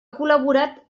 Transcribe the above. col·laborat